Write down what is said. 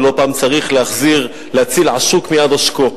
ולא פעם צריך להציל עשוק מיד עושקו.